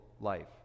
life